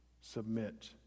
submit